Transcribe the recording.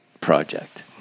project